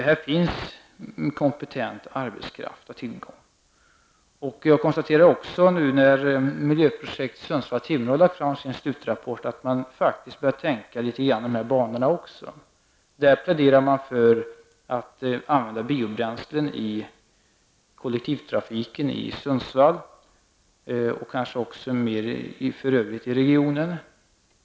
Här finns kompetent arbetskraft att tillgå. När Miljöprojekt Sundsvall--Timrå har lagt fram sin slutrapport konstaterar jag att man även där faktiskt börjar tänka litet grand i de här banorna. Där pläderar man för användning av biobränslen i kollektivtrafiken i Sundsvall och kanske även för övrigt i regionen.